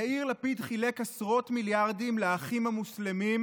יאיר לפיד חילק עשרות מיליארדים לאחים המוסלמים,